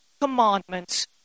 commandments